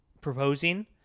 proposing